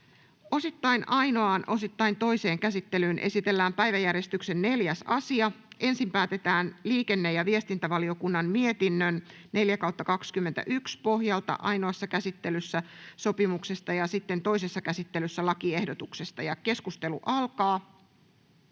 Osittain ainoaan, osittain toiseen käsittelyyn esitellään päiväjärjestyksen 4. asia. Ensin päätetään liikenne- ja viestintävaliokunnan mietinnön LiVM 4/2021 vp pohjalta ainoassa käsittelyssä sopimuksesta ja sitten toisessa käsittelyssä lakiehdotuksesta. [Speech 16]